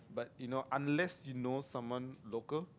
but you know unless you know someone local